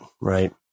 right